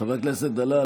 חבר הכנסת דלל,